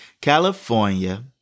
California